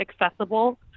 accessible